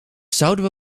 zouden